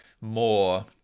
more